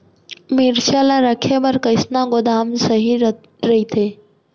मिरचा ला रखे बर कईसना गोदाम सही रइथे?